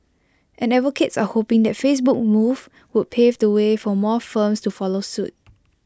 and advocates are hoping that Facebook's move will pave the way for more firms to follow suit